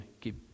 keep